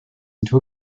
into